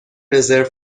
رزرو